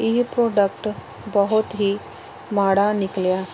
ਇਹ ਪ੍ਰੋਡਕਟ ਬਹੁਤ ਹੀ ਮਾੜਾ ਨਿਕਲਿਆ